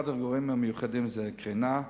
אחד הגורמים המיוחדים הוא הקרינה.